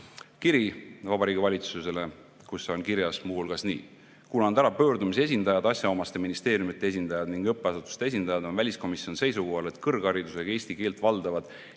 kiri Vabariigi Valitsusele, kus on kirjas muu hulgas nii: "Kuulanud ära pöördumise esindajad, asjaomaste ministeeriumide esindajad ning õppeasutuste esindajad, on väliskomisjon seisukohal, et kõrgharidusega, eesti keelt valdavad,